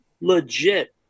legit